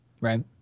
Right